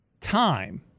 Time